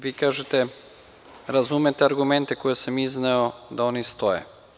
Vi kažete – razumete argumente koje sam izneo da oni stoje.